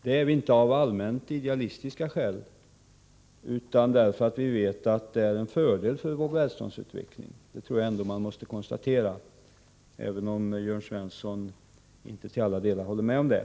Det är vi inte av allmänt idealistiska skäl utan därför att vi vet att det är en fördel för vår välståndsutveckling — det tror jag man måste konstatera, även om Jörn Svensson inte till alla delar håller med om det.